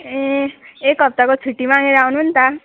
ए एक हप्ताको छुट्टी मागेर आउनु नि त